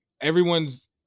everyone's